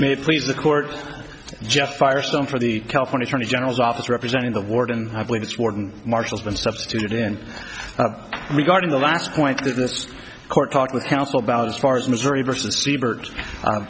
it please the court jeff firestone for the california attorney general's office representing the warden i believe it's warden marshall's been substituted in regarding the last point that the court talked with counsel about as far as missouri versus